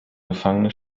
gefangene